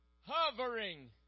hovering